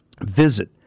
Visit